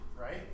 right